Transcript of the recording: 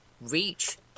reach